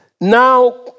now